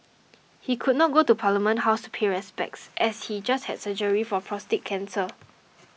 he could not go to Parliament House to pay respects as he just had surgery for prostate cancer